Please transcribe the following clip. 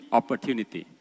opportunity